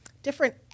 different